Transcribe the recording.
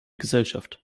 gesellschaft